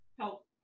Help